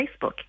Facebook